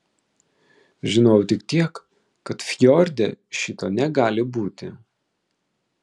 žinojau tik tiek kad fjorde šito negali būti